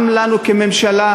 גם לנו כממשלה,